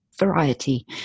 variety